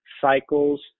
cycles